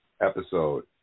episode